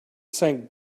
sank